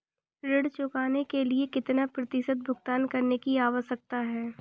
ऋण चुकाने के लिए कितना प्रतिशत भुगतान करने की आवश्यकता है?